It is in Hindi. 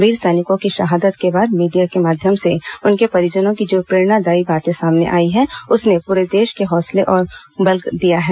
वीर सैनिकों की शहादत के बाद मीडिया के माध्यम से उनके परिजनों की जो प्रेरणादायी बाते सामने आई हैं उसने पूरे देश के हौसले को और बल दिया है